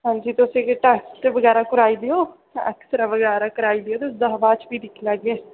हां जी तुस इक टेस्ट बगैरा कराई देओ ऐक्सरा बगैरा कराई देओ ओह्दे हा बाद'च फ्ही दिक्खी लैगे